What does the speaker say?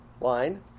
line